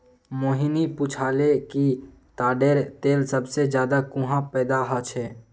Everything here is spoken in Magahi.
मोहिनी पूछाले कि ताडेर तेल सबसे ज्यादा कुहाँ पैदा ह छे